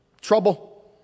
trouble